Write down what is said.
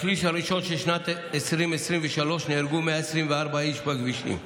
בשליש הראשון של שנת 2023 נהרגו 124 איש בכבישים.